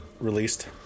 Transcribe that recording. released